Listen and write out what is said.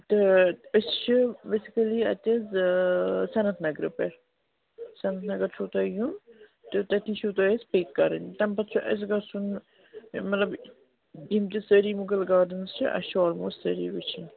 تہٕ أسۍ چھِ بیسِکٔلی اَتہِ حظ سنٛنت نگرٕ پٮ۪ٹھ سنٛنت نگر چھُو تۄہہِ یُن تہٕ تَتی چھُو تۄہہِ اَسۍ پِک کَرٕنۍ تَمہِ پَتہٕ چھُ اَسہِ گژھُن مطلب یِم تہِ سٲری مُغل گاڈنٕز چھِ اَسہِ چھُ آلموسٹ سٲری وٕچھِنۍ